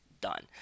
done